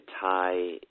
tie